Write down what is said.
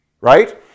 right